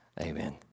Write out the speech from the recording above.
Amen